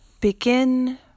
Begin